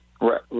Right